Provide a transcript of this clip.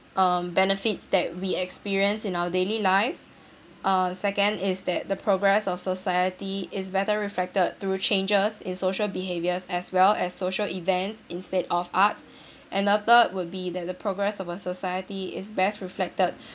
um benefits that we experience in our daily life uh second is that the progress of society is better reflected through changes in social behaviours as well as social events instead of arts and a third will be that the progress of a society is best reflected